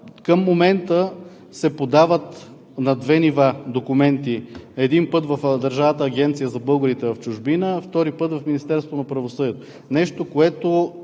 Към момента се подават на две нива документи – един път в Държавната агенция за българите в чужбина, а втори път в Министерството